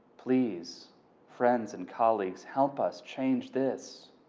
please friends and colleagues help us change this